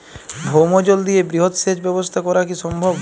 ভৌমজল দিয়ে বৃহৎ সেচ ব্যবস্থা করা কি সম্ভব?